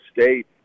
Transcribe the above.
State